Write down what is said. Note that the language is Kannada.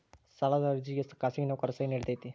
ಸಾಲದ ಅರ್ಜಿಗೆ ಖಾಸಗಿ ನೌಕರರ ಸಹಿ ನಡಿತೈತಿ?